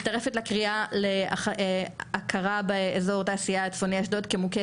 מצטרפת לקריאה בהכרה באזור תעשייה צפוני אשדוד כמוכה